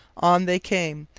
on they came,